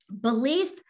Belief